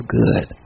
good